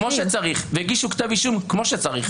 -- כמו שצריך, והגישו כתב אישום כמו שצריך.